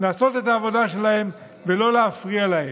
לעשות את העבודה שלהם ולא להפריע להם.